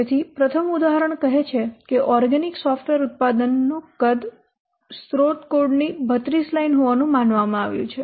તેથી પ્રથમ ઉદાહરણ કહે છે કે ઓર્ગેનિક સોફ્ટવેર ઉત્પાદન નું કદ સ્રોત કોડની 32 લાઇન હોવાનું માનવામાં આવ્યું છે